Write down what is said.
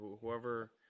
Whoever